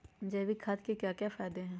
जैविक खाद के क्या क्या फायदे हैं?